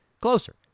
closer